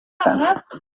kane